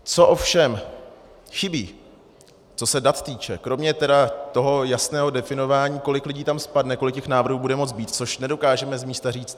Co ovšem chybí, co se dat týče, kromě tedy toho jasného definování, kolik lidí tam spadne, kolik těch návrhů bude moci být, což nedokážeme z místa říct.